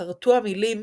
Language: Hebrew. ייחרטו המילים